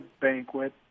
banquet